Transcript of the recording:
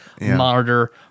monitor